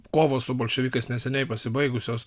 kovos su bolševikais neseniai pasibaigusios